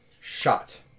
shot